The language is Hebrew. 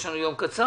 יש לנו יום קצר.